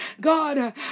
God